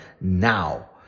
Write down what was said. Now